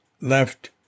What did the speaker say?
left